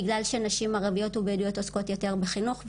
בגלל שנשים ערביות ובדואיות עוסקות יותר בחינוך,